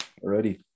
Already